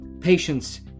Patience